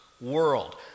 world